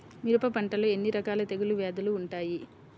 మిరప పంటలో ఎన్ని రకాల తెగులు వ్యాధులు వుంటాయి?